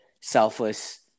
selfless